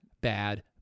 bad